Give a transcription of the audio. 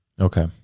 Okay